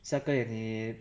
下个月你